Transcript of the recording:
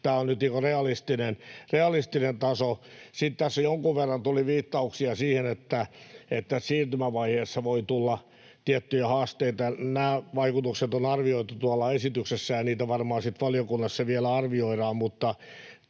tämä on nyt realistinen taso. Sitten tässä jonkun verran tuli viittauksia siihen, että siirtymävaiheessa voi tulla tiettyjä haasteita. Nämä vaikutukset on arvioitu tuolla esityksessä, ja niitä varmaan sitten valiokunnassa vielä arvioidaan,